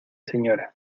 señora